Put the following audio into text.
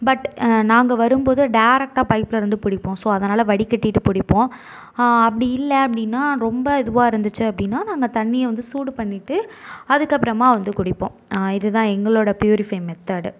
but நாங்கள் வரும்போது டேரக்டாக பைப்பில் இருந்து பிடிப்போம் ஸோ அதனால் வடிகட்டிவிட்டு பிடிப்போம் அப்படி இல்லை அப்படின்னா ரொம்ப இதுவாக இருந்துச்சு அப்படின்னா நாங்கள் தண்ணியை வந்து சூடு பண்ணிவிட்டு அதுக்கப்புறமா வந்து குடிப்போம் இது தான் எங்களோட ப்யூரிஃபை மெத்தடு